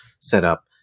setup